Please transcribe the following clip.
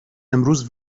امروز